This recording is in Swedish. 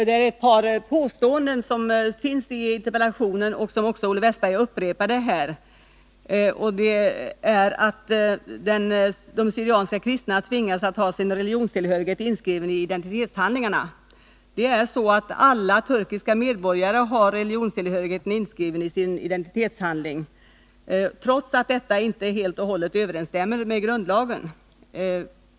Ett par av de påståenden som finns i interpellationen har Olle Wästberg upprepat här, nämligen att de syrianska kristna tvingas ha sin religionstillhörighet inskriven i sina identitetshandlingar. För det första vill jag då säga att alla turkiska medborgare har religionstillhörigheten inskriven i sina identitetshandlingar, trots att detta inte helt och hållet överensstämmer med grundlagen.